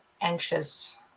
anxious